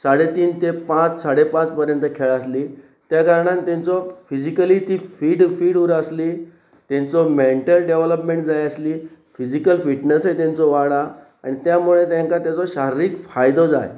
साडे तीन ते पांच साडे पांच पर्यंत खेळ आसली त्या कारणान तेंचो फिजिकली ती फीट फीट उर आसली तेंचो मेंटल डॅवलपमेंट जाय आसली फिजीकल फिटनसय तेंचो वाडा आनी त्या मुळे तांकां तेचो शारिरीक फायदो जाय